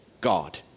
God